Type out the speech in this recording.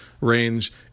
range